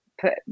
put